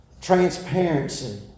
Transparency